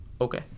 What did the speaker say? Okay